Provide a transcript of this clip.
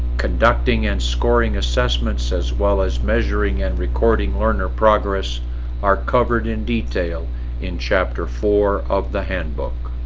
conducting and scoring assessments as well as measuring and recording learner progress are covered in detail in chapter four of the handbook